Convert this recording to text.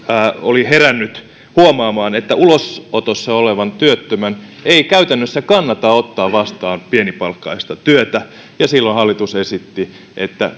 oli herännyt huomaamaan että ulosotossa olevan työttömän ei käytännössä kannata ottaa vastaan pienipalkkaista työtä ja silloin hallitus esitti että